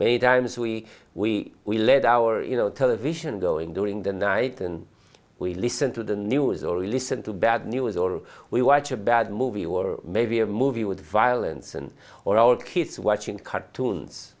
many times we we we lead our television going during the night and we listen to the news or listen to bad news or we watch a bad movie or maybe a movie with violence and or our kids watching cartoons